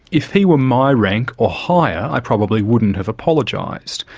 if he were my rank or higher, i probably wouldn't have apologised,